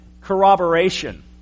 corroboration